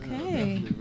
okay